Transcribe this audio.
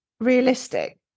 realistic